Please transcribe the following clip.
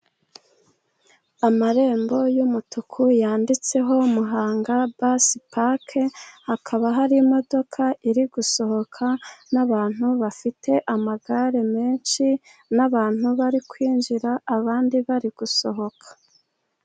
Amarembo y'umutuku yanditseho muhanga basi parike, hakaba hari imodoka iri gusohoka n'abantu bafite amagare menshi, n'abantu bari kwinjira abandi bari gusohoka.